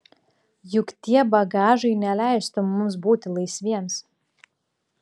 juk tie bagažai neleistų mums būti laisviems